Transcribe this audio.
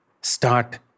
Start